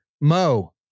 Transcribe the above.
Mo